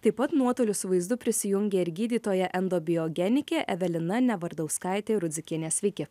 taip pat nuotoliu su vaizdu prisijungė ir gydytoja endobiogenikė evelina nevardauskaitė rudzikienė sveiki